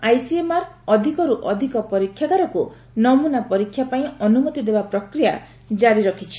ICMR ଅଧିକର୍ ଅଧିକ ପରୀକ୍ଷାଗାରକୁ ନମୁନା ପରୀକ୍ଷା ପାଇଁ ଅନୁମତି ଦେବା ପ୍ରକ୍ରିୟା କାରି ରଖିଛି